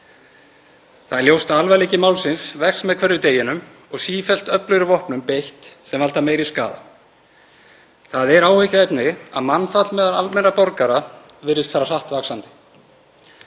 Það er ljóst að alvarleiki málsins vex með hverjum deginum og sífellt öflugri vopnum er beitt sem valda meiri skaða. Það er áhyggjuefni að mannfall meðal almennra borgara virðist fara hratt vaxandi.